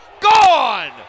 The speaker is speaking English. gone